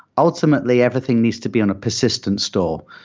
ultimately, everything needs to be on a persistence store.